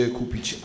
kupić